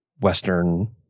Western